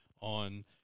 on